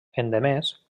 endemés